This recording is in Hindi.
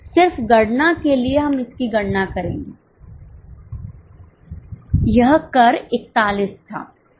सिर्फ गणना के लिए हम इसकी गणना करेंगे यहां कर 41 था